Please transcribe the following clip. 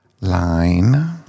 Line